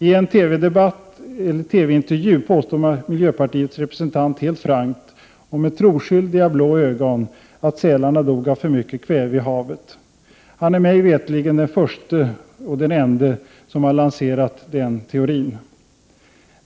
I en TV-intervju påstod miljöpartiets representant helt frankt och med troskyldiga blå ögon att sälarna dog av för mycket kväve i havet. Han är mig veterligt den ende som har lanserat den teorin.